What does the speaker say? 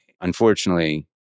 unfortunately